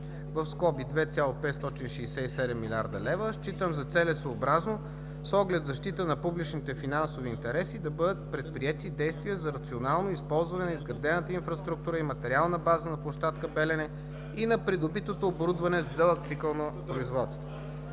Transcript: размери (2,567 млрд. лв.), считам за целесъобразно с оглед защита на публичните финансови интереси да бъдат предприети действия за рационално използване на изградената инфраструктура и материална база на площадка „Белене“ и на придобитото оборудване с дълъг цикъл на производство.